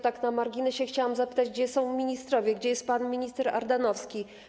Tak na marginesie chciałam zapytać: Gdzie są ministrowie, gdzie jest pan minister Ardanowski?